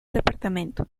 departamento